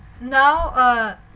now